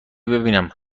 ببینم